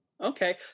Okay